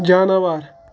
جاناوار